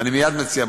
אני מייד מציע,